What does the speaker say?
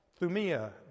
Thumia